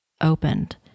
opened